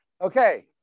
Okay